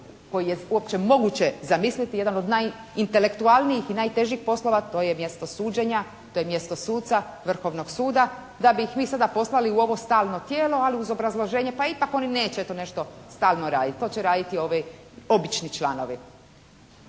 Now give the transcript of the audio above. koji je uopće moguće zamisliti. Jedan od najintelektualnijih i najtežih poslova to je mjesto suđenja. To je mjesto suca Vrhovnog suda da bi ih vi sada poslali u ovo stalno tijelo ali uz obrazloženje: «Pa ipak oni neće to nešto stalno raditi. To će raditi ovi obični članovi.»